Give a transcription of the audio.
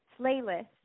playlist